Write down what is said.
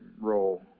role